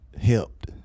helped